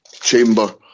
chamber